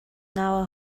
now